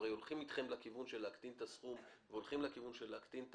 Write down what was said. הולכים איתכם לכיוון של הקטנת הסכום והקטנת ה"חשיפה"